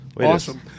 Awesome